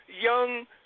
young